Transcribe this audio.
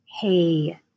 hey